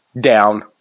Down